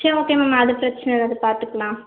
சரி okay ma'am அது பிரச்சனை இல்லை அது பார்த்துக்கலாம்